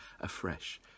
afresh